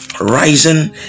rising